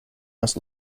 must